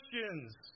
questions